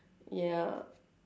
ya